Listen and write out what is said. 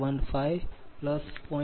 50 p